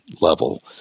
level